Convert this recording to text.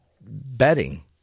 betting